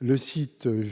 Le site offre